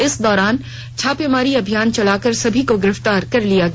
इस दौरान छापेमारी अभियान चलाकर सभी को गिरफ्तार कर लिया गया